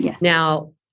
Now